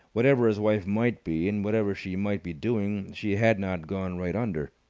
whatever his wife might be and whatever she might be doing, she had not gone right under.